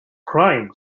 crying